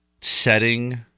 setting